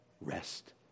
Rest